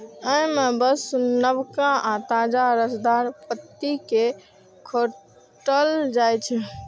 अय मे बस नवका आ ताजा रसदार पत्ती कें खोंटल जाइ छै